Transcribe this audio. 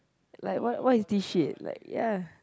like what what is this shit like ya